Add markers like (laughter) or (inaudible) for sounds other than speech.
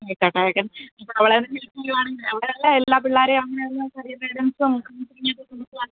കിട്ടട്ടേ (unintelligible) അവിടെയുള്ള എല്ലാ പിള്ളാരെയും അങ്ങനെവന്നു കരിയർ ഗയ്ഡൻസും (unintelligible) കൊടുക്കുക